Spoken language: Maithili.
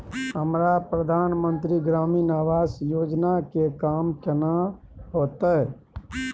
हमरा प्रधानमंत्री ग्रामीण आवास योजना के काम केना होतय?